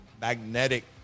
magnetic